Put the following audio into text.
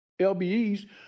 LBEs